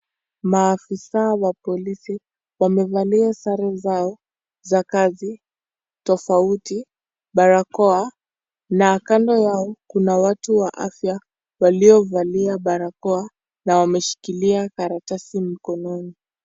Maafisa wa polisi, wamevalia sare zao za kazi tofauti, barakoa na kando yao kuna watu wa afya, waliovalia barakoa na wameshikilia karatasi mkononi.